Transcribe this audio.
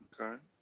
Okay